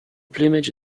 plumage